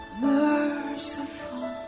merciful